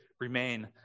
remain